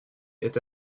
est